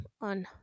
on